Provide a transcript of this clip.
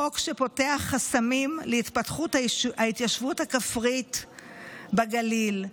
חוק שפותח חסמים להתפתחות ההתיישבות הכפרית בגליל.